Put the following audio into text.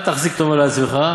אל תחזיק טובה לעצמך,